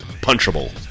punchable